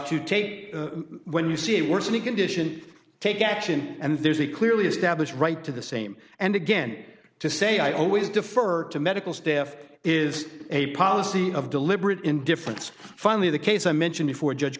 to take when you see a worsening condition take action and there's a clearly established right to the same and again to say i always defer to medical staff is a policy of deliberate indifference finally the case i mentioned before judge